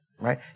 right